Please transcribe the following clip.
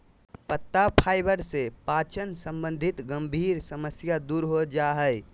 पत्ता फाइबर से पाचन संबंधी गंभीर समस्या दूर हो जा हइ